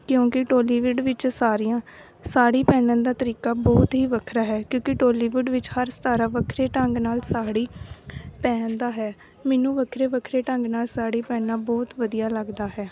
ਕਿਉਂਕਿ ਟੋਲੀਵਿਡ ਵਿੱਚ ਸਾਰੀਆਂ ਸਾੜੀ ਪਹਿਨਣ ਦਾ ਤਰੀਕਾ ਬਹੁਤ ਹੀ ਵੱਖਰਾ ਹੈ ਕਿਉਂਕਿ ਟੋਲੀਵੁੱਡ ਵਿੱਚ ਹਰ ਸਿਤਾਰਾ ਵੱਖਰੇ ਢੰਗ ਨਾਲ ਸਾੜੀ ਪਹਿਨਦਾ ਹੈ ਮੈਨੂੰ ਵੱਖਰੇ ਵੱਖਰੇ ਢੰਗ ਨਾਲ ਸਾੜੀ ਪਹਿਨਣਾ ਬਹੁਤ ਵਧੀਆ ਲੱਗਦਾ ਹੈ